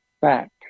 fact